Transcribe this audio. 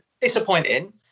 disappointing